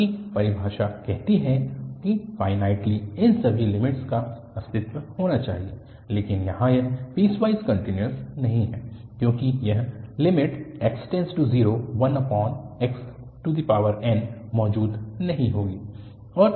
क्योंकि परिभाषा कहती है कि फ़ाइनाइटली इन सभी लिमिट्स का अस्तित्व होना चाहिए लेकिन यहाँ यह पीसवाइस कन्टिन्यूअस नहीं है क्योंकि यह 1xn मौजूद नहीं होगा